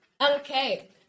Okay